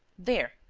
there,